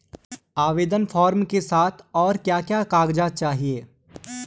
आवेदन फार्म के साथ और क्या क्या कागज़ात चाहिए?